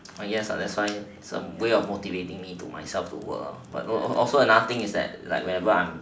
oh yes that's why it's a way of motivating me to myself to work lah but also another thing is that whenever I am